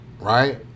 right